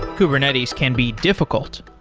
kubernetes can be difficult.